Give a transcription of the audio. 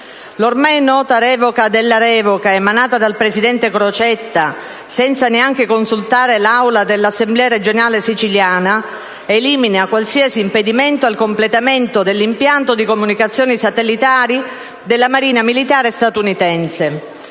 L'ormai nota revoca della revoca emanata dal presidente Crocetta senza neanche consultare l'Assemblea regionale siciliana elimina qualsiasi impedimento al completamento dell'impianto di comunicazioni satellitari della Marina militare statunitense,